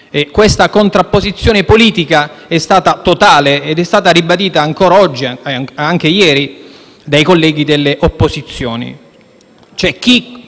Questa contrapposizione politica è stata totale, ed è stata ribadita ieri ed oggi dai colleghi delle opposizioni.